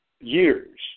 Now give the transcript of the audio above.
years